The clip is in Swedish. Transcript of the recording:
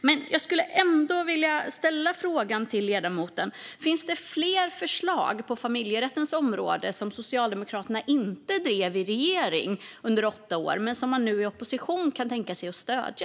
Men jag skulle ändå vilja ställa en fråga till ledamoten: Finns det fler förslag på familjerättens område som Socialdemokraterna inte drev under åtta år i regering men som man nu i opposition kan tänka sig att stödja?